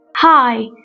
Hi